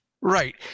Right